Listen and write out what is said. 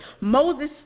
Moses